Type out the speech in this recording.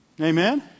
Amen